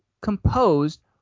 composed